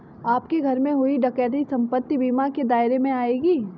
आपके घर में हुई डकैती संपत्ति बीमा के दायरे में आएगी